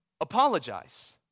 apologize